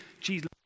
Jesus